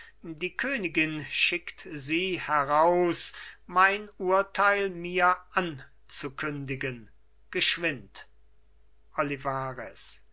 die königin schickt sie heraus mein urteil mir anzukündigen geschwind